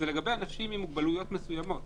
זה לגבי אנשים עם מוגבלויות מסוימות,